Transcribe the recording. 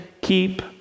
keep